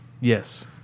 Yes